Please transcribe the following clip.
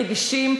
רגישים,